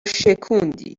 شکوندی